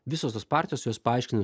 visos to partijos jos paaiškina